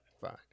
Fine